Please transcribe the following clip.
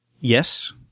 Yes